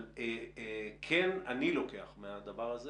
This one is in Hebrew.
אני כן לוקח מהדבר הזה